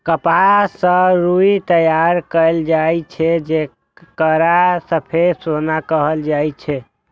कपास सं रुई तैयार कैल जाए छै, जेकरा सफेद सोना कहल जाए छै